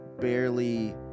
barely